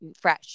fresh